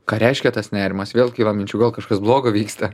ką reiškia tas nerimas vėl kyla minčių gal kažkas blogo vyksta